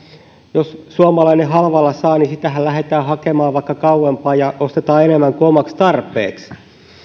jos suomalainen halvalla saa niin sitähän lähdetään hakemaan vaikka kauempaa ja ostetaan enemmän kuin omaksi tarpeeksi